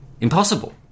Impossible